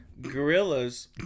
Gorillas